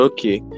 Okay